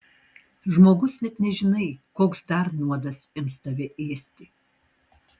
žmogus net nežinai koks dar nuodas ims tave ėsti